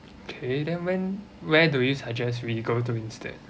okay then when where do you suggest we go to instead